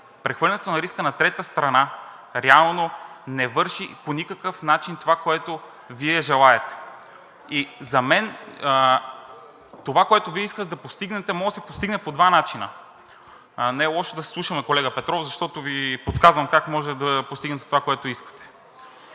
Прехвърлянето на риска на трета страна реално не върши по никакъв начин това, което Вие желаете. За мен това, което Вие искате да постигнете, може да се постигне по два начина. (Шум от ВЪЗРАЖДАНЕ.) Не е лошо да се слушаме, колега Петров, защото Ви подсказвам как можете да постигнете това, което искате.